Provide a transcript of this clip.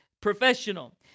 professional